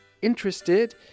interested